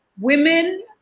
women